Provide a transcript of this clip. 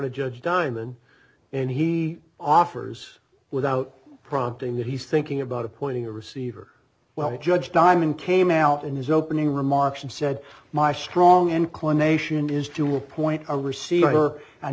of judge diamond and he offers without prompting that he's thinking about appointing a receiver well the judge diamond came out in his opening remarks and said my strong inclination is to appoint a receiver and